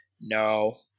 no